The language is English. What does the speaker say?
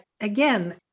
again